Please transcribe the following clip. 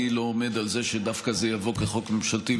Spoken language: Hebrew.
אני לא עומד על זה שזה דווקא יבוא כחוק ממשלתי,